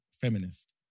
feminist